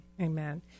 Amen